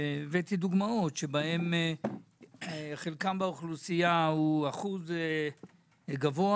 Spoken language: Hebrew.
הבאתי דוגמאות שבהן חלקם האוכלוסייה הוא אחוז גבוה